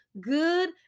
good